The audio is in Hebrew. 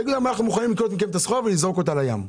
תגידו להם שאתם מוכנים לקנות מהם את הסחורה ולזרוק אותה לים.